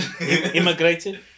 Immigrated